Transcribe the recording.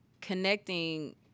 connecting